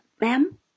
ma'am